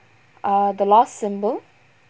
ah the last symbol